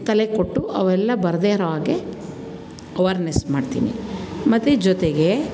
ತಲೆ ಕೊಟ್ಟು ಅವೆಲ್ಲ ಬರದೇ ಇರುವಾಗೆ ಅವರ್ನೆಸ್ ಮಾಡ್ತೀನಿ ಮತ್ತು ಜೊತೆಗೆ